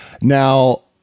Now